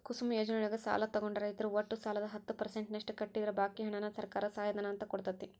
ಕುಸುಮ್ ಯೋಜನೆಯೊಳಗ ಸಾಲ ತೊಗೊಂಡ ರೈತರು ಒಟ್ಟು ಸಾಲದ ಹತ್ತ ಪರ್ಸೆಂಟನಷ್ಟ ಕಟ್ಟಿದ್ರ ಬಾಕಿ ಹಣಾನ ಸರ್ಕಾರ ಸಹಾಯಧನ ಅಂತ ಕೊಡ್ತೇತಿ